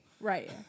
Right